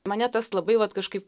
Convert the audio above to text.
mane tas labai vat kažkaip